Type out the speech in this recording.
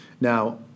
Now